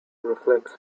reflects